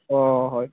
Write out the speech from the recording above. অ' হয়